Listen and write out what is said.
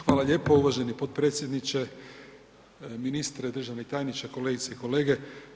Hvala lijepo uvaženi potpredsjedniče, ministre, državni tajniče, kolegice i kolege.